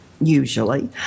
Usually